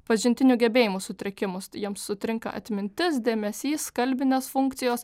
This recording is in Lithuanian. pažintinių gebėjimų sutrikimus jiems sutrinka atmintis dėmesys kalbinės funkcijos